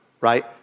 right